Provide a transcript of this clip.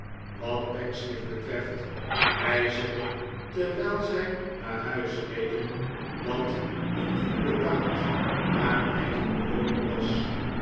wat pecksniff betreft hij zei terwijl zij naar huis reden dat een goede daad haar eigen belooning was